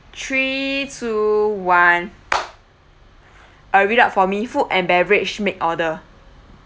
three two one uh read out for me food and beverage make order